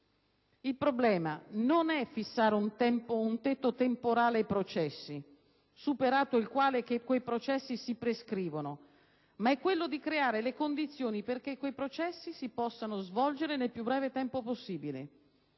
il problema non è fissare un tetto temporale ai processi superato il quale questi ultimi si prescrivono, ma è quello di creare le condizioni perché essi si possano svolgere nel più breve tempo possibile.